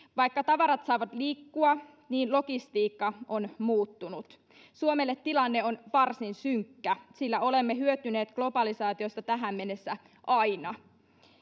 vaikka tavarat saavat liikkua niin logistiikka on muuttunut suomelle tilanne on varsin synkkä sillä olemme hyötyneet globalisaatiosta tähän mennessä aina